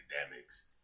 academics